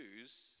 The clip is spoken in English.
choose